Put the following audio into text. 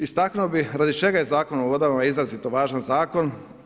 Istaknuo bih radi čega je Zakon o vodama izrazito važan zakon.